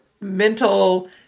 mental